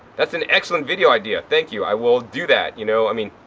that's an excellent video idea! thank you, i will do that, you know. i mean,